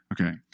Okay